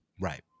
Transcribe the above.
Right